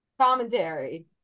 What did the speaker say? commentary